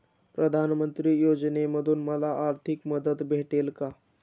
प्रधानमंत्री योजनेमध्ये मला आर्थिक मदत भेटेल का?